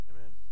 Amen